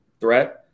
threat